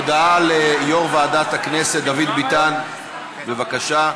הודעה ליושב-ראש ועדת הכנסת דוד ביטן, בבקשה,